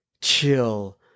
chill